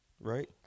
Right